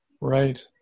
Right